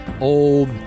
old